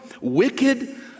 wicked